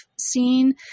seen